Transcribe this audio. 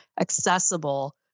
accessible